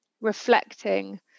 reflecting